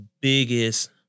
biggest